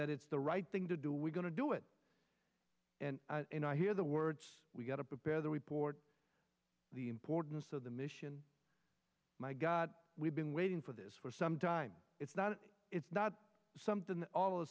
that it's the right thing to do we're going to do it and i hear the words we got to prepare the report the importance of the mission my god we've been waiting for this for some time it's not it's not something that all of a